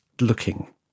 looking